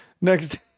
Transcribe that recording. next